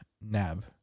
nab